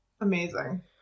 Amazing